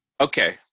Okay